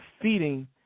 feeding